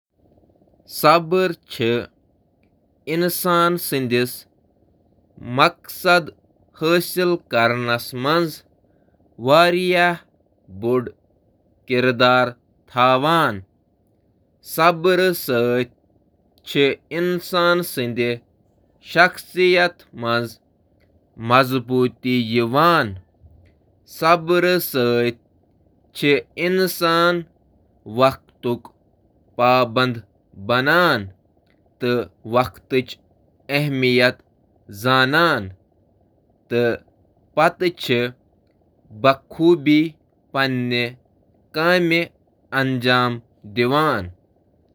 صبر چھُ مقصد حٲصِل کرنس منٛز اکھ اَہَم عنصر تِکیازِ یہِ چھُ تۄہہِ پابند روزنس تہٕ مثبت رویہ برقرار تھاونس منٛز مدد کران، یوٚتام زِ چیلنجَن یا سست ترقی ہُنٛد مُقابلہٕ کرنہٕ پتہٕ تہِ۔ صبر ہیٚکہِ تۄہہِ بہتر فٲصلہٕ کرنس منٛز تہِ مدد کٔرِتھ، ہمدردی پٲدٕ کرنس تہٕ زیادٕ لچکدار بننَس منٛز تہِ مدد کٔرِتھ: